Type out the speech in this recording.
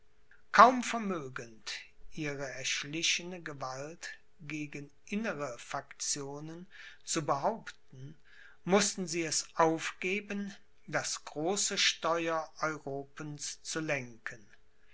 kaum vermögend ihre erschlichene gewalt gegen innere faktionen zu behaupten mußten sie es aufgeben das große steuer europens zu lenken